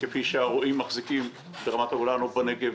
כפי שהרועים מחזיקים ברמת הגולן או בנגב.